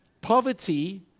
Poverty